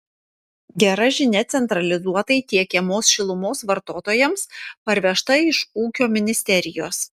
gera žinia centralizuotai tiekiamos šilumos vartotojams parvežta iš ūkio ministerijos